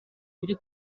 biri